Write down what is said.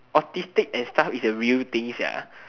autistic and stuff is a real thing sia